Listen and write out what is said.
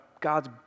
God's